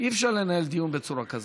אי-אפשר לנהל דיון בצורה כזאת.